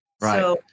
Right